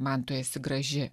man tu esi graži